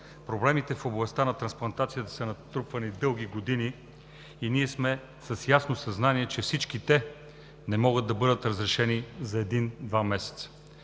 Проблемите в областта на трансплантацията са натрупвани дълги години и ние сме с ясно съзнание, че всички те не могат да бъдат разрешени за един-два месеца.